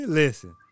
listen